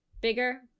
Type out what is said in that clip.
bigger